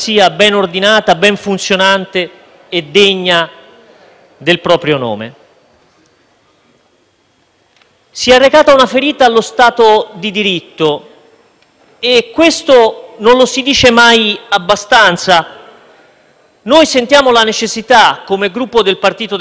Si è arrecata una ferita allo Stato di diritto, e questo non lo si dice mai abbastanza. Noi sentiamo la necessità, come Gruppo Partito Democratico, anche dando vita a una lunga serie di interventi come abbiamo fatto questa sera,